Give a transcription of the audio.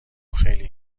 خیلی